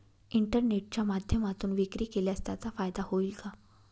इंटरनेटच्या माध्यमातून विक्री केल्यास त्याचा फायदा होईल का?